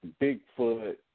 Bigfoot